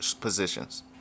positions